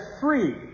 free